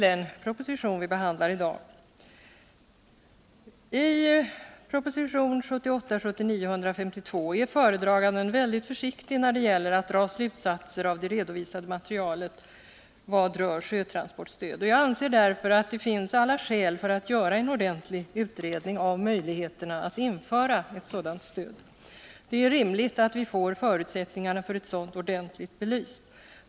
I proposition 1978/79:152 är föredraganden väldigt försiktig när det gäller att dra slutsatser av det redovisade materialet rörande sjötransportstöd. Jag anser därför att det finns alla skäl till att göra en ordentlig utredning av möjligheterna att införa sådant stöd. Det är rimligt att vi får förutsättningarna belysta.